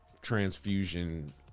transfusion